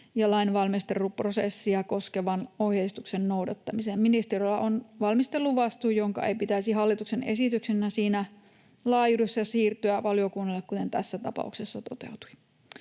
ja lainvalmisteluprosessia koskevan ohjeistuksen noudattamiseen. Ministeriöllä on valmisteluvastuu, jonka ei pitäisi hallituksen esityksenä siinä laajuudessa siirtyä valiokunnalle kuin tässä tapauksessa toteutui.